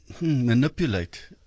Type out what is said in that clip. Manipulate